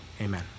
Amen